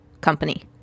company